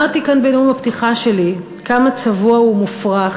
אמרתי כאן בנאום הפתיחה שלי כמה צבוע ומופרך,